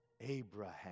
Abraham